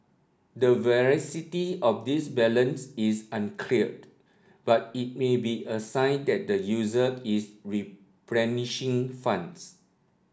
the veracity of this balance is uncleared but it may be a sign that the user is replenishing funds